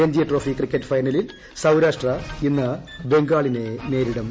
Ranji trophy cricket ഫൈനലിൽ സൌരാഷ്ട്ര ഇന്ന് ബംഗാളിനെ നേരിടും